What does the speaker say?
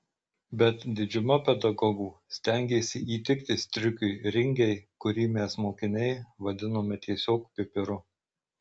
bet didžiuma pedagogų stengėsi įtikti striukiui ringei kurį mes mokiniai vadinome tiesiog pipiru